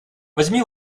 возьми